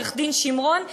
עו"ד שמרון,